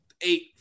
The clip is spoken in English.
eight